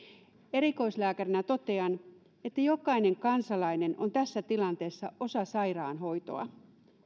erikoislääkärinä totean että jokainen kansalainen on tässä tilanteessa osa sairaanhoitoa